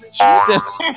Jesus